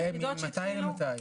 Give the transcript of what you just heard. וממתי עד מתי.